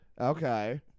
Okay